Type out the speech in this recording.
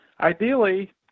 Ideally